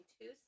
two